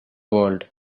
world